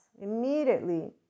immediately